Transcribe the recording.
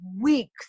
weeks